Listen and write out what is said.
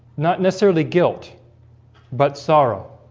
not necessarily guilt but sorrow